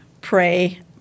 pray